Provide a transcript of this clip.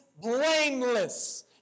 blameless